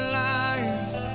life